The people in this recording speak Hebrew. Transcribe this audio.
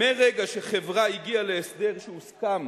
מרגע שחברה הגיעה להסדר שהוסכם